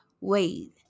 Wait